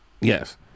Yes